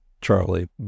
Charlie